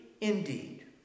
indeed